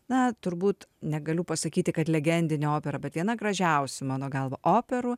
na turbūt negaliu pasakyti kad legendinė opera bet viena gražiausių mano galva operų